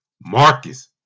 Marcus